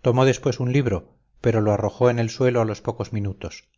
tomó después un libro pero lo arrojó en el suelo a los pocos minutos